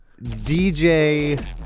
DJ